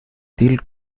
still